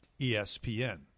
ESPN